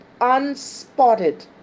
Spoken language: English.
unspotted